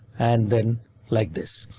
and then like this,